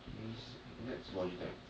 okay sick that's Logitech